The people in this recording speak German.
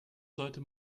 sollte